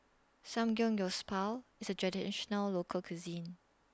Samgeyopsal IS A Traditional Local Cuisine